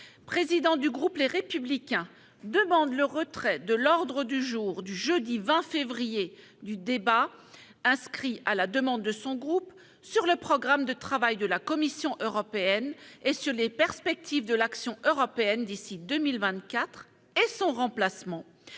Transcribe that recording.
président du groupe Les Républicains, demande le retrait de l'ordre du jour du jeudi 20 février du débat, inscrit à la demande de son groupe, sur le programme de travail de la Commission européenne et sur les perspectives de l'action européenne d'ici 2024 et son remplacement